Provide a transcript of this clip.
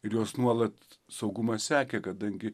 ir juos nuolat saugumas sekė kadangi